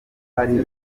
hari